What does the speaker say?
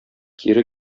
кире